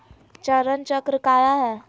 चरण चक्र काया है?